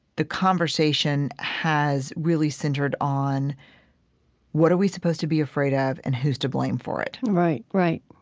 the conversation has really centered on what are we supposed to be afraid of and who's to blame for it right, right